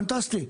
פנטסטי,